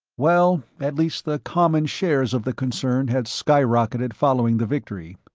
well, at least the common shares of the concern had skyrocketed following the victory.